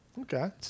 Okay